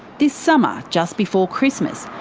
this summer, just before christmas,